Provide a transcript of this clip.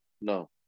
No